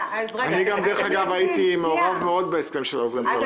הייתי מעורב מאוד בהסכם של העוזרים הפרלמנטריים.